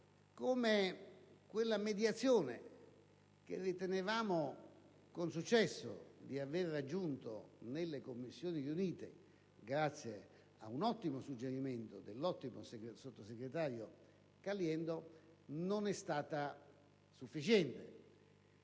come quella mediazione che ritenevamo con successo di aver raggiunto nelle Commissioni riunite grazie ad un ottimo suggerimento dell'ottimo sottosegretario Caliendo non sia stata sufficiente.